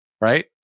right